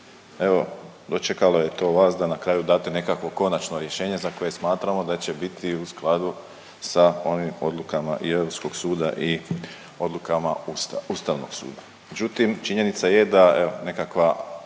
evo dočekalo je to vas da na kraju date nekakvo konačno rješenje za koje smatramo da će biti u skladu sa onim odlukama i Europskog suda i odlukama Ustavnog suda. Međutim činjenica je da evo nekakva